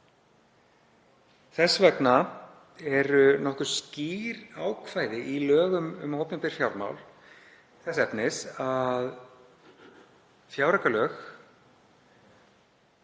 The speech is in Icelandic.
Þess vegna eru nokkuð skýr ákvæði í lögum um opinber fjármál þess efnis að fjáraukalög